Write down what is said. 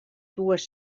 dues